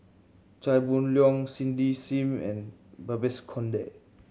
Chia Boon Leong Cindy Sim and Babes Conde